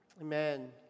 Amen